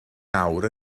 nawr